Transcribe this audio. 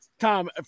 Tom